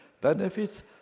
Benefits